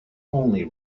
only